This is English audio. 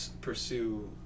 pursue